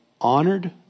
honored